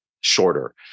shorter